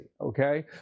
Okay